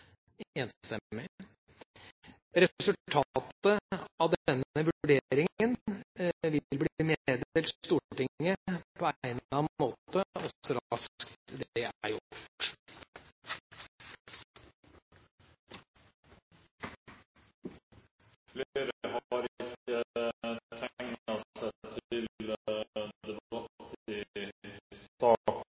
Resultatet av denne vurderingen vil bli meddelt Stortinget på egnet måte så raskt det er gjort. Flere har ikke bedt om ordet til